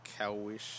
cowish